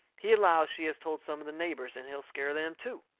he allows she has told some of the neighbours, and he'll scare them too.